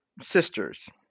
sisters